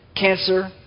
cancer